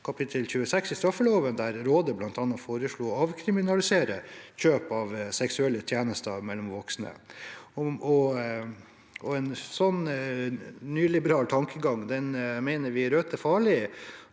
kapittel 26 i straffeloven, der rådet bl.a. foreslo å avkriminalisere kjøp av seksuelle tjenester mellom voksne. En slik nyliberal tankegang mener vi i Rødt er farlig.